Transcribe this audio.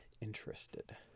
interested